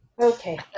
Okay